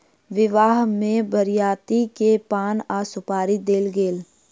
विवाह में बरियाती के पान आ सुपारी देल गेल